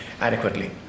adequately